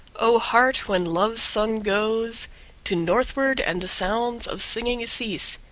o heart, when love's sun goes to northward, and the sounds of singing cease,